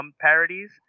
parodies